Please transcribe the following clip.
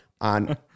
on